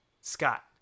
Scott